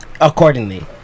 accordingly